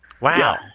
Wow